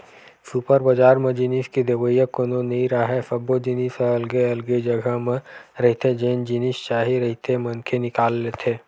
super बजार म जिनिस के देवइया कोनो नइ राहय, सब्बो जिनिस ह अलगे अलगे जघा म रहिथे जेन जिनिस चाही रहिथे मनखे निकाल लेथे